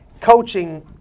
Coaching